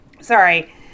Sorry